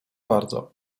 bardzo